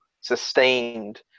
sustained